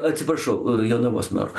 atsiprašau jonavos meru